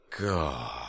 God